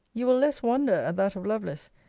you will less wonder at that of lovelace,